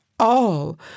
all